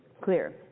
clear